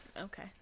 okay